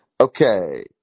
Okay